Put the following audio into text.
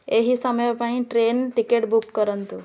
ଏହି ସମୟ ପାଇଁ ଟ୍ରେନ୍ ଟିକେଟ୍ ବୁକ୍ କରନ୍ତୁ